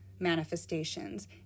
manifestations